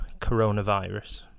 coronavirus